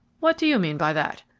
what do you mean by that?